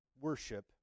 worship